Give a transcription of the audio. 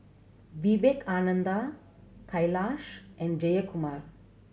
Vivekananda Kailash and Jayakumar